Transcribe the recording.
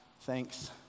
Thanks